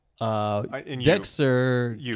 Dexter